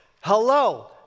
Hello